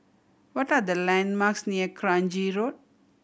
what are the landmarks near Kranji Road